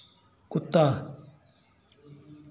कुत्ता